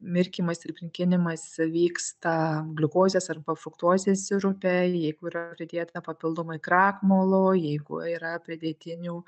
mirkymas ir brinkinimas jisai vyksta gliukozės arba fruktozės sirupe jeigu yra pridėta papildomai krakmolo jeigu yra pridėtinių